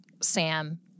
Sam